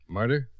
Murder